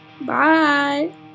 bye